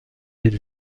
les